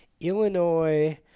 Illinois